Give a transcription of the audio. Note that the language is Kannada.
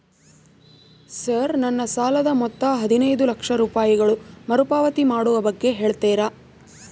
ಸರ್ ನನ್ನ ಸಾಲದ ಮೊತ್ತ ಹದಿನೈದು ಲಕ್ಷ ರೂಪಾಯಿಗಳು ಮರುಪಾವತಿ ಮಾಡುವ ಬಗ್ಗೆ ಹೇಳ್ತೇರಾ?